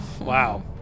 Wow